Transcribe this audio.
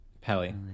Pelly